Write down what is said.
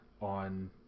on